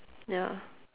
ya